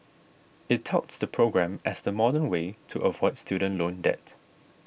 it touts the program as the modern way to avoid student loan debt